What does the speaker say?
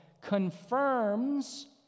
confirms